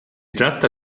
tratta